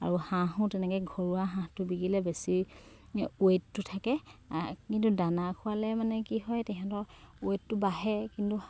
আৰু হাঁহো তেনেকে ঘৰুৱা হাঁহটো বিকিলে বেছি ৱেইটটো থাকে কিন্তু দানা খুৱালে মানে কি হয় তেহেঁতৰ ৱেইটটো বাঢ়ে কিন্তু